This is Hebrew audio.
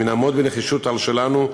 אם נעמוד בנחישות על שלנו,